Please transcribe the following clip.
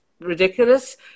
ridiculous